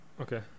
Okay